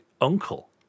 uncle